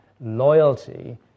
loyalty